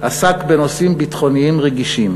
עסק בנושאים ביטחוניים רגישים,